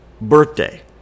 birthday